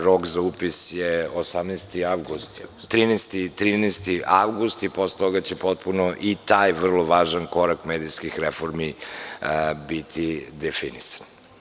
Rok za upis je 13. avgust i posle toga će potpuno i taj vrlo važan korak medijskih reformi biti definisan.